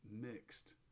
mixed